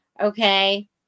Okay